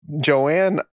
Joanne